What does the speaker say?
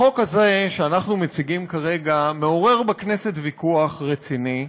החוק הזה שאנחנו מציגים כרגע מעורר בכנסת ויכוח רציני,